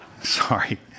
Sorry